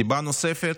סיבה נוספת,